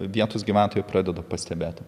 vietos gyventojai pradeda pastebėti